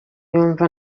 yumva